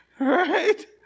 Right